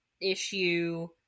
issue